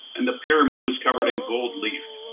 and the pyramid was covered in gold leaf,